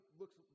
looks